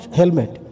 helmet